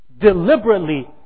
deliberately